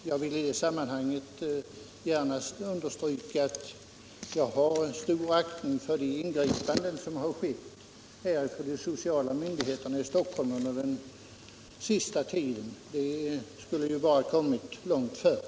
Jag vill i det sammanhanget understryka att jag har stor aktning för de ingripanden som gjorts av de sociala myndigheterna i Stockholm under den senaste tiden. De skulle bara ha kommit långt förr.